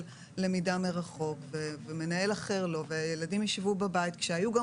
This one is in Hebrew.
למידה מרחוק ומנהל אחר לא והילדים ישבו בבית כשהיו גם